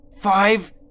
Five